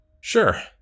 Sure